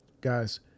Guys